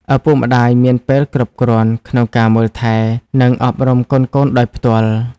ឪពុកម្ដាយមានពេលគ្រប់គ្រាន់ក្នុងការមើលថែ និងអប់រំកូនៗដោយផ្ទាល់។